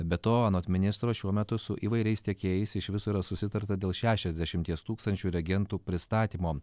be to anot ministro šiuo metu su įvairiais tiekėjais iš viso yra susitarta dėl šešiasdešimties tūkstančių reagentų pristatymo